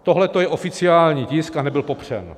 Tohle je oficiální tisk a nebyl popřen.